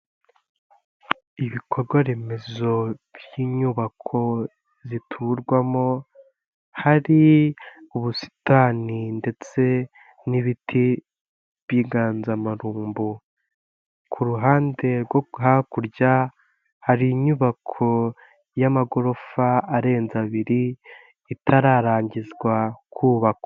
Ibikorwaremezo by'inyubako ziturwamo hari ubusitani ndetse n'ibiti by'inganzamarumbu, ku ruhande rwo hakurya hari inyubako y'amagorofa arenze abiri itararangizwa kubakwa.